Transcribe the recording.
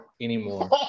anymore